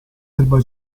erba